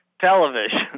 television